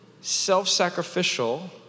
self-sacrificial